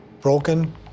Broken